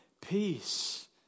Peace